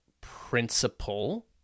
principle